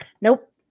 Nope